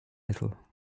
little